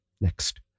next